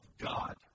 God